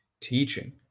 Teaching